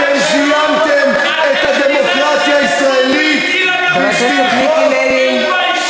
אתם מפקירים את כנסת ישראל ומפקירים את ביטחון המדינה,